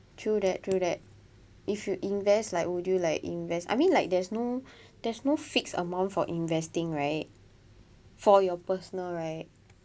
true that true that if you invest like would you like invest I mean like there's no there's no fixed amount for investing right for your personal right